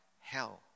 hell